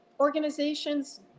organizations